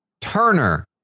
Turner